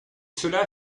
cela